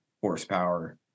horsepower